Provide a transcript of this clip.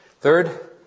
Third